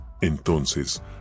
Entonces